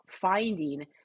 finding